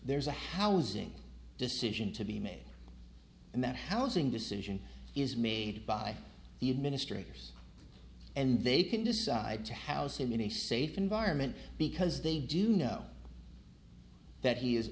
there's a housing decision to be made and that housing decision is made by the administrators and they can decide to house him in a safe environment because they do know that he is